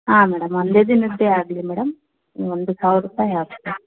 ಹಾಂ ಮೇಡಮ್ ಒಂದೇ ದಿನದ್ದೇ ಆಗಲಿ ಮೇಡಮ್ ಒಂದು ಸಾವಿರ ರೂಪಾಯಿ ಆಗುತ್ತೆ